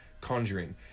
conjuring